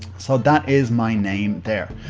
so that is my name, there.